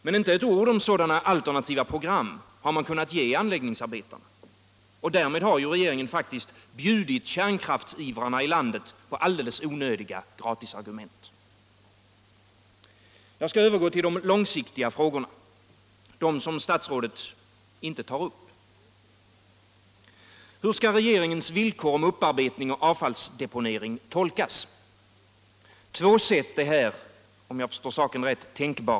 Men inte ett ord om sådana alternativa program har man kunnat ge anläggningsarbetarna. Därmed har regeringen faktiskt bjudit kärnkraftsivrarna i landet på alldeles onödiga gatisargument. Jag skall övergå till de långsiktiga frågorna. dem som statsrådet inte tar upp. Hur skall regeringens villkor om upparbetning och avfallsdeponering tolkas? Två sätt är här tänkbara, om jag förstått saken rätt.